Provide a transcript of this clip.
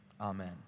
Amen